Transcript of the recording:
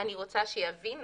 אני רוצה שיבינו